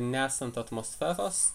nesant atmosferos